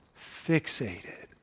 fixated